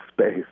space